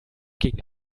gegen